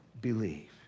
believe